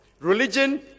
religion